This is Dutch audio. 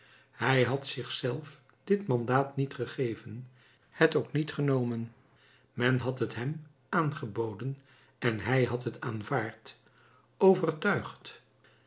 hij had zich zelf dit mandaat niet gegeven het ook niet genomen men had het hem aangeboden en hij had het aanvaard overtuigd